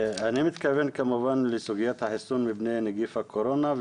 אני מתכוון כמובן לסוגיית החיסון מפני נגיף הקורונה,